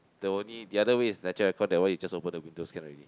the only the other way is natural air con that one you just open the windows can already